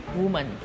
woman